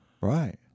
Right